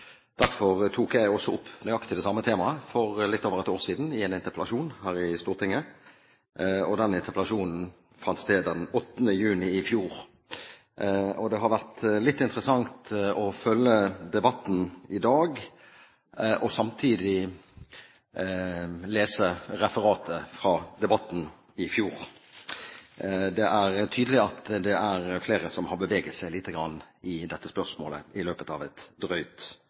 Stortinget. Den interpellasjonen fant sted den 8. juni i fjor. Det har vært litt interessant å følge debatten i dag og samtidig lese referatet fra debatten i fjor. Det er tydelig at det er flere som har beveget seg lite grann i dette spørsmålet i løpet av et drøyt